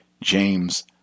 James